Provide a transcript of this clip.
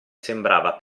sembrava